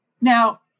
Now